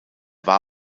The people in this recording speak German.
war